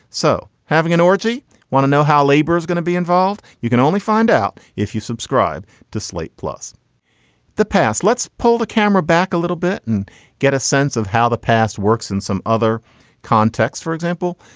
so having an rpg want to know how labor is gonna be involved. you can only find out if you subscribe to slate plus the past. let's pull the camera back a little bit and get a sense of how the past works in some other contexts. for example,